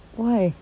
why